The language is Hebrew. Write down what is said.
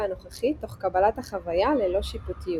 הנוכחי תוך קבלת החוויה ללא שיפוטיות.